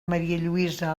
marialluïsa